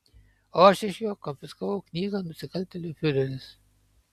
o aš iš jo konfiskavau knygą nusikaltėlių fiureris